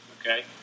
Okay